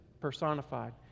personified